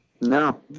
No